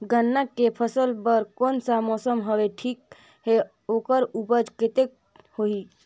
गन्ना के फसल बर कोन सा मौसम हवे ठीक हे अउर ऊपज कतेक होही?